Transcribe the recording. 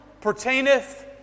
pertaineth